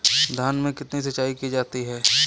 धान में कितनी सिंचाई की जाती है?